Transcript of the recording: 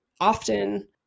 Often